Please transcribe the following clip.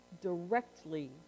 directly